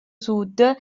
sud